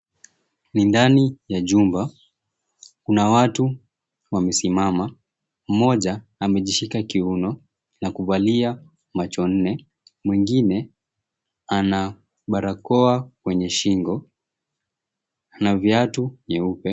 Ni ndani ya jumba, kuna watu wamesimama mmoja amejishika kiuno na kuvalia macho nne, mwingine ana barakoa kwenye shingo na viatu vieupe.